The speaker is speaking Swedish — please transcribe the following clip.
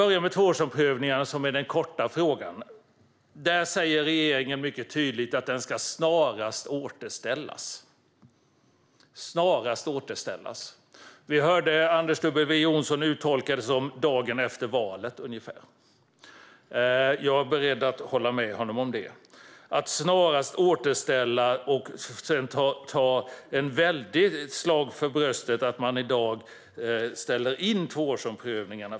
Detta med tvåårsomprövningarna är den korta frågan. Regeringen säger mycket tydligt att de snarast ska återställas. Vi hörde Anders W Jonsson uttolka detta som dagen efter valet, ungefär. Jag är beredd att hålla med honom om det. Man avser alltså att snarast återställa dem, samtidigt som man i dag slår sig för bröstet för att man ställer in tvåårsomprövningarna.